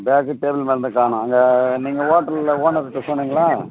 bag table மேலே இருந்ததை காணும் அங்கே நீங்கள் ஹோட்டல்ல ஓனர்க்கிட்டே சொன்னீங்களா